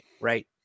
right